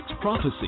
prophecy